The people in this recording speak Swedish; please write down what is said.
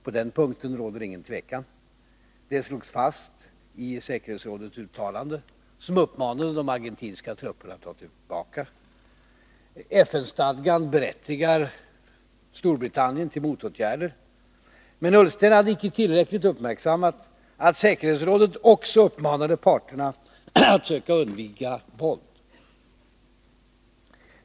På den punkten råder det inget tvivel. Det slogs fast i säkerhetsrådets uttalande. Man uppmanade de argentinska trupperna att dra sig tillbaka. FN-stadgan berättigar Storbritan nien till motåtgärder. Men Ola Ullsten hade icke tillräckligt uppmärksammat att säkerhetsrådet också uppmanade parterna att söka undvika våld.